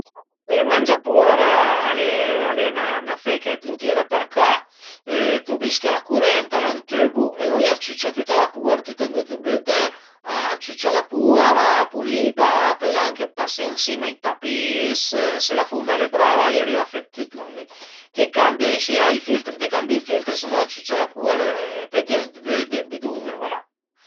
Ël mangiapuer al e al e 'na fe che t'lu tire për ca e tl'u vische a la curent, al a ün tübu e lon li a ciücia tüta la puer tüt ëndua lu büte a ciücia la puer, a pulida, a pöl anche pasé ën sima ai tapis, se la fumna al e brava a i ariva a fe dë tüt lon li, t'ie cambie, së al a i filtri, t'ie cambie i filtri, se no a ciücia la puer e pöi vöide ël bidun e voilà